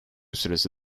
süresi